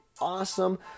awesome